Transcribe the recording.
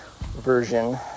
version